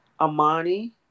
Amani